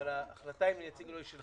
אבל החלטה אם להציג או לא היא שלך.